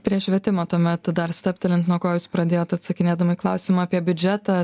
prie švietimo tuomet dar stabtelint nuo ko jūs pradėjot atsakinėdama į klausimą apie biudžetą